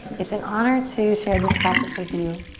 it's an honor to share this practice with you.